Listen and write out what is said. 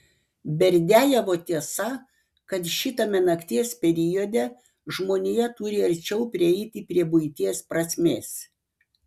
berdiajevo tiesa kad šitame nakties periode žmonija turi arčiau prieiti prie buities prasmės